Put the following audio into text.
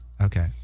Okay